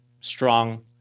strong